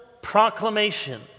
proclamation